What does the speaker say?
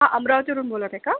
हा अमरावतीवरून बोलत आहे का